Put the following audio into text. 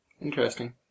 Interesting